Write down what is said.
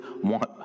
want